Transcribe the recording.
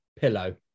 pillow